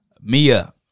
Mia